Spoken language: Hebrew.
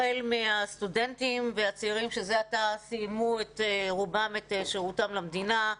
החל מן הסטודנטים והצעירים שזה עתה סיימו את שירותם למדינה,